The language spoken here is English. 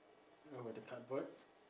how about the cardboard